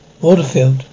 Waterfield